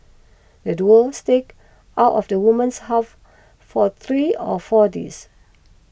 the duo staked out of the woman's house for three or four days